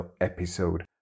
episode